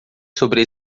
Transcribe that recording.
sobre